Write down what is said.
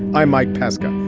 i'm mike pesca.